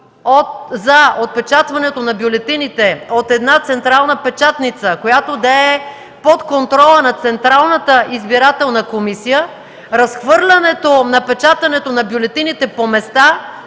за отпечатването на бюлетините от една централна печатница, която да е под контрола на Централната избирателна комисия, разхвърлянето на печатането на бюлетините по места